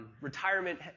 Retirement